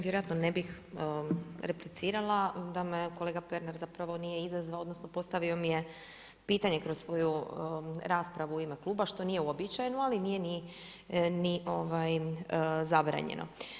Vjerojatno ne bih replicirala da me kolega Pernar zapravo nije izazvao odnosno postavio mi je pitanje kroz svoju raspravu u ime kluba što nije uobičajeno, ali nije ni zabranjeno.